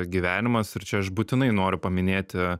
gyvenimas ir čia aš būtinai noriu paminėti